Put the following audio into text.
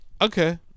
Okay